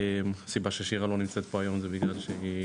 הסיבה ששירה לא נמצאת פה היום זה בגלל שהיא